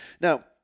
now